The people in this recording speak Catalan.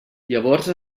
llavors